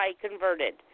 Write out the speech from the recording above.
converted